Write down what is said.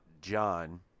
john